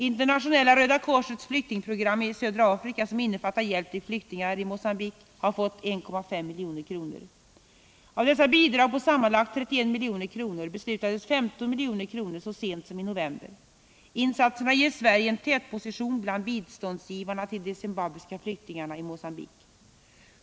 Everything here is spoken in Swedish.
Internationella Röda korsets flyktingprogram i södra Afrika, som innefattar hjälp till flyktingar i Mogambique, har fått 1,5 milj.kr. Av dessa bidrag på sammanlagt 31 milj.kr. beslutades 15 milj.kr. så sent som i november. Insatserna ger Sverige en tätposition bland biståndsgivarna till de zimbabwiska flyktingarna i Mogambique.